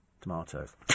tomatoes